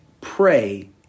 pray